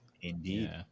indeed